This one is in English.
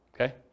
Okay